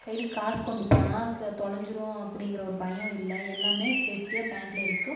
கையில் காசு கொண்டுப் போனால் தொலைஞ்சிடும் அப்படிங்கிற ஒரு பயம் இல்லை எல்லாம் சேஃப்டியாக பேங்க்கில் இருக்கு